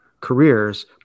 careers